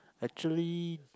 actually